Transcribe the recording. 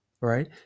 right